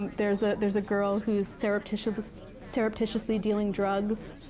there's ah there's a girl who's surreptitiously surreptitiously dealing drugs.